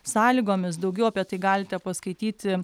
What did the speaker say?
sąlygomis daugiau apie tai galite paskaityti